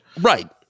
Right